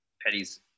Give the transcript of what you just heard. Petty's